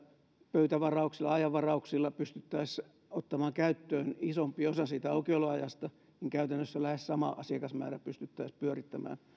pöytävarauksilla ajanvarauksilla pystyttäisiin ottamaan käyttöön isompi osa siitä aukioloajasta niin käytännössä lähes sama asiakasmäärä pystyttäisiin pyörittämään